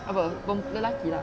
apa lelaki lah